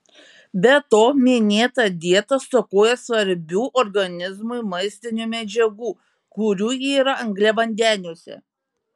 be to minėta dieta stokoja svarbių organizmui maistinių medžiagų kurių yra angliavandeniuose